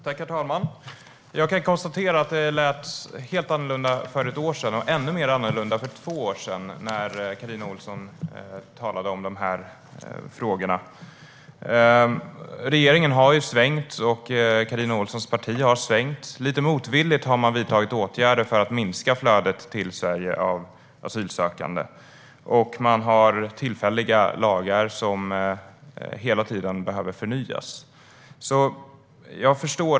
Herr talman! Jag kan konstatera att det lät helt annorlunda för ett år sedan och ännu mer annorlunda för två år sedan när Carina Ohlsson talade om de här frågorna. Regeringen har svängt och Carina Ohlssons parti har svängt. Lite motvilligt har man vidtagit åtgärder för att minska flödet av asylsökande till Sverige. Man har tillfälliga lagar som hela tiden behöver förnyas.